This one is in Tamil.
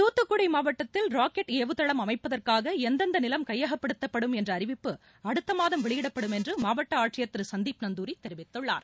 தூத்துக்குடி மாவட்டத்தில் ராக்கெட் ஏவுதளம் அமைப்பதற்காக எந்தெந்த நிலம் கையகப்படுத்தப்படும் என்ற அறிவிப்பு அடுத்தமாதம் வெளியிடப்படும் என்று மாவட்ட ஆட்சியர் திரு சந்தீப் நந்தூரி தெரிவித்துள்ளார்